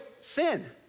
sin